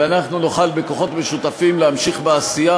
ואנחנו נוכל בכוחות משותפים להמשיך בעשייה